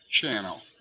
channel